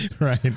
right